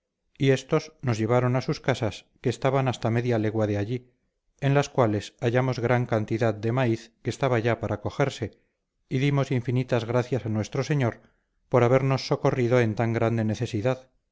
y éstos nos llevaron a sus casas que estaban hasta media legua de allí en las cuales hallamos gran cantidad de maíz que estaba ya para cogerse y dimos infinitas gracias a nuestro señor por habernos socorrido en tan grande necesidad